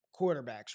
quarterbacks